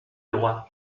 loi